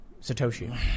Satoshi